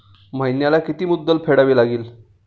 महिन्याला किती मुद्दल फेडावी लागेल?